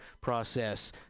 process